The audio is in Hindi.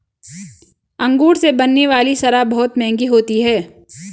अंगूर से बनने वाली शराब बहुत मँहगी होती है